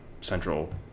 central